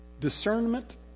discernment